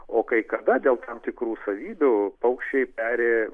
o kai kada dėl tam tikrų savybių paukščiai peri